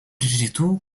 rytų